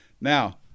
Now